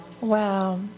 Wow